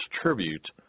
tribute